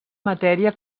matèria